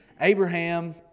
Abraham